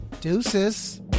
Deuces